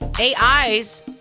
AIs